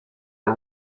are